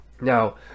now